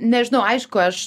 nežinau aišku aš